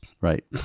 right